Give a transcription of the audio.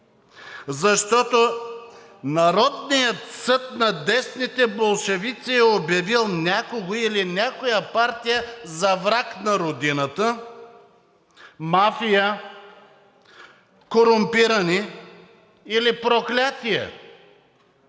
защото Народният съд на десните болшевики е обявил някого или някоя партия за враг на Родината, мафия, корумпирани или проклятие